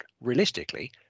realistically